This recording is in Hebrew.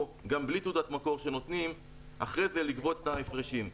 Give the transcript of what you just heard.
גם בלי תעודת מקור שנותנים אחרי זה לגבות את ההפרשים.